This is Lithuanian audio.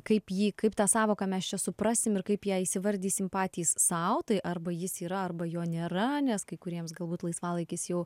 kaip jį kaip tą sąvoką mes čia suprasim ir kaip ją įsivardysim patys sau tai arba jis yra arba jo nėra nes kai kuriems galbūt laisvalaikis jau